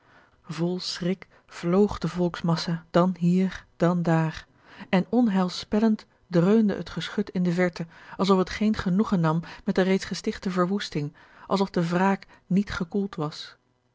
vol schrik vloog de volksmassa dan hier dan daar en onheilspellend dreunde het geschut in de verte alsof het geen genoegen nam met de reeds gestichte verwoesting alsof de wraak niet gekoeld was